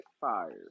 fire